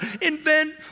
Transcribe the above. invent